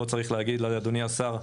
לא צריך להגיד לאדוני השר,